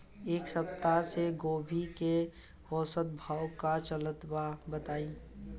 एक सप्ताह से गोभी के औसत भाव का चलत बा बताई?